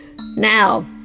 now